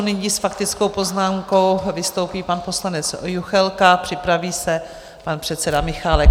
Nyní s faktickou poznámkou vystoupí pan poslanec Juchelka, připraví se pan předseda Michálek.